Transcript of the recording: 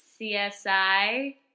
CSI